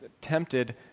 tempted